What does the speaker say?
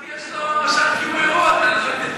חשבתי שיש לו שעת כיבוי אורות.